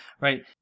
Right